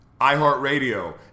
iHeartRadio